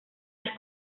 les